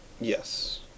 Yes